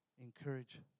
encourage